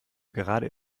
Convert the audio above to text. gerade